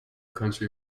country